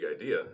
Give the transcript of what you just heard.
idea